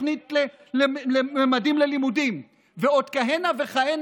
התוכנית ממדים ללימודים ועוד כהנה וכהנה.